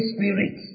Spirit